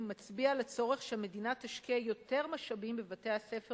מצביע על הצורך שהמדינה תשקיע יותר משאבים בבתי-הספר